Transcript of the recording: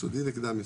יסודי וקדם יסודי.